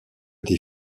des